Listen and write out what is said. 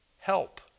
help